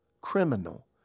criminal